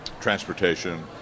transportation